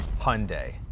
Hyundai